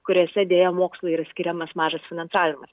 kuriose deja mokslui yra skiriamas mažas finansavimas